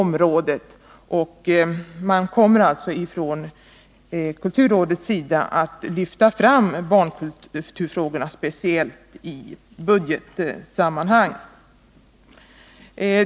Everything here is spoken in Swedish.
Man kommer alltså från kulturrådets sida att lyfta fram barnkulturfrågorna speciellt i budgetsammanhang.